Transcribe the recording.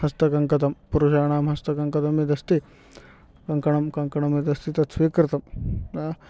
हस्तकङ्कतं पुरुषाणानां हस्तकङ्कतं यदस्ति कङ्कणं कङ्कणं यदस्ति तत् स्वीकृतं